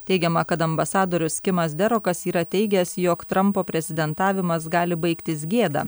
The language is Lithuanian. teigiama kad ambasadorius kimas derokas yra teigęs jog trampo prezidentavimas gali baigtis gėda